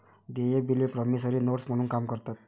देय बिले promissory notes म्हणून काम करतात